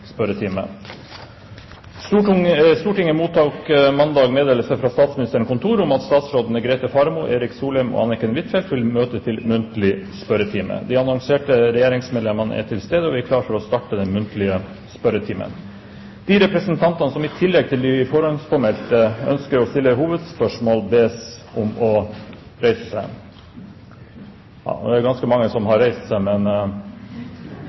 Stortinget mottok mandag meddelelse fra Statsministerens kontor om at statsrådene Grete Faremo, Erik Solheim og Anniken Huitfeldt vil møte til muntlig spørretime. De annonserte regjeringsmedlemmer er til stede, og vi er klare til å starte den muntlige spørretimen. De representantene som i tillegg til de forhåndspåmeldte ønsker å stille hovedspørsmål, bes om å reise seg.